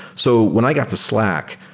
so when i got to slack,